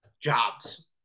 jobs